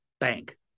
bank